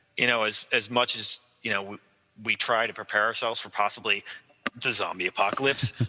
you know as as much as you know we try to prepare ourselves for possibly the zombie apocalypse.